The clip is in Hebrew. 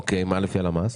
אוקיי, מה לפי הלמ"ס?